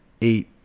eight